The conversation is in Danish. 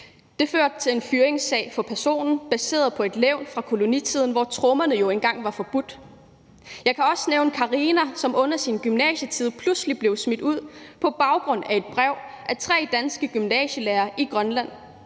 Det førte til en fyringssag for personen baseret på et levn fra kolonitiden, hvor trommerne jo engang var forbudt. Jeg kan også nævne Karina, som under sin gymnasietid pludselig blev smidt ud på baggrund af et brev af tre danske gymnasielærere i Grønland,